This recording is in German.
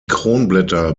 kronblätter